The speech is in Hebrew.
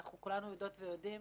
אנחנו כולנו יודעות ויודעים